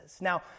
Now